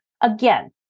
again